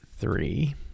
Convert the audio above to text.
three